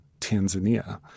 Tanzania